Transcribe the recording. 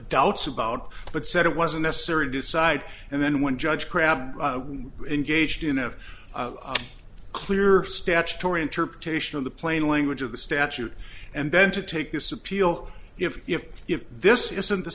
doubts about but said it wasn't necessary to decide and then when judge crabb engaged in a clear statutory interpretation of the plain language of the statute and then to take this appeal if if this isn't the